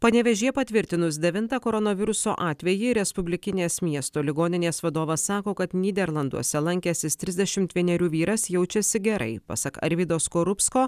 panevėžyje patvirtinus devintą koronaviruso atvejį respublikinės miesto ligoninės vadovas sako kad nyderlanduose lankęsis trisdešimt vienerių vyras jaučiasi gerai pasak arvydo skorupsko